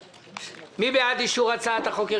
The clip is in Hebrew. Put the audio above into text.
מי בעד אישור הצעת החוק?